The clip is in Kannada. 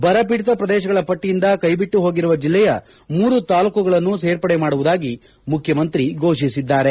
ಬರಪೀಡಿತ ಪ್ರದೇಶಗಳ ಪಟ್ಟಿಯಿಂದ ಕೈ ಬಿಟ್ಟು ಹೋಗಿರುವ ಜಿಲ್ಲೆಯ ಮೂರು ತಾಲ್ಲೂಕುಗಳನ್ನೂ ಸೇರ್ಪಡೆ ಮಾಡುವುದಾಗಿ ಮುಖ್ಯಮಂತ್ರಿ ಘೋಷಿಸಿದ್ದಾರೆ